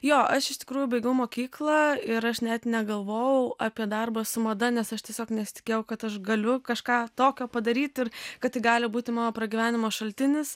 jo aš iš tikrųjų baigiau mokyklą ir aš net negalvojau apie darbą su mada nes aš tiesiog nesitikėjau kad aš galiu kažką tokio padaryt ir kad tai gali būti mano pragyvenimo šaltinis